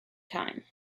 time